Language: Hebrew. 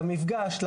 למפגש,